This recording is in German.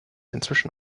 inzwischen